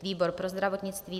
Výbor pro zdravotnictví: